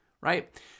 right